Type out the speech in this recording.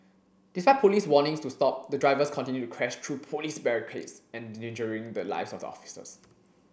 despite Police warnings to stop the drivers continued to crash through Police barricades endangering the lives of the officers